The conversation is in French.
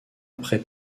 après